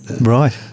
Right